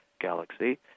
galaxy